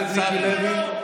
מציע לך,